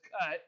cut